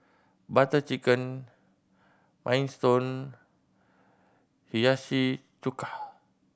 Butter Chicken Minestrone Hiyashi Chuka